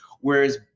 Whereas